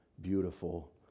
beautiful